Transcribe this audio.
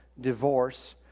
divorce